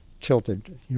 tilted